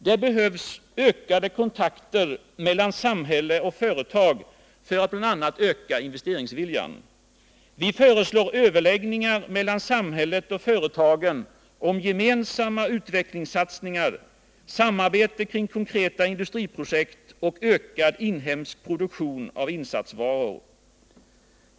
— Det behövs ökade kontakter mellan samhälle och företag för att bl.a. öka investeringsviljan. Vi föreslår överläggningar mellan samhället och företagen om gemensamma utvecklingssatsningar, samarbete kring konkreta industriprojekt och ökad inhemsk produktion av insatsvaror.